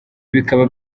bikaba